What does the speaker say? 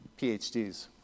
PhDs